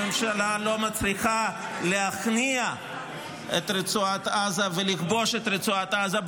הממשלה לא מצליחה להכניע את רצועת עזה ולכבוש את רצועת עזה,